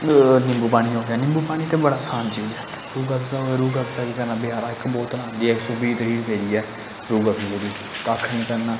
निंबू पानी हो गेआ निम्बू पानी ते बड़ा असान चीज़ ऐ रूह् अफ्जा हो गेआ रूह् अफ्जा केह् करना बजारा इक बोतल आंदी ऐ इक सौ बीह् त्रीह् रपेऽ दी ऐ रूह् अफजे दी कक्ख निं करना